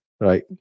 Right